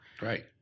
Right